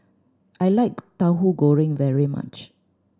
I like Tahu Goreng very much